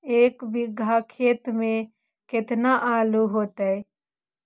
एक बिघा खेत में केतना आलू होतई?